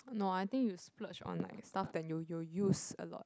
no I think you splurge on like stuff that you'll you'll use a lot